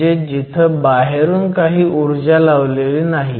म्हणजे जिथं बाहेरून काही ऊर्जा लावलेली नाही